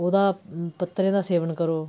ओह्दा पत्तरें दा सेवन करो